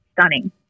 stunning